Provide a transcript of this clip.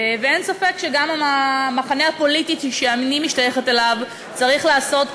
אין ספק שגם המחנה הפוליטי שאני משתייכת אליו צריך לעשות קצת,